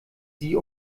sie